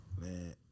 Man